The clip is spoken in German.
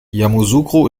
yamoussoukro